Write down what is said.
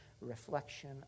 reflection